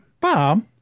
Bob